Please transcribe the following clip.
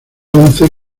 once